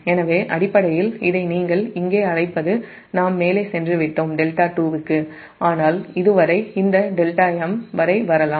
எனவே அடிப்படையில் இதை நீங்கள் இங்கே அழைப்பது நாம் மேலே δ2 க்கு சென்றுவிட்டோம் ஆனால் இது δm வரை வரலாம்